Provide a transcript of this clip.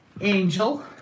Angel